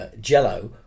Jello